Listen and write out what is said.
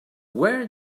where